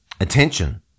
attention